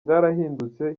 bwarahindutse